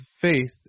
faith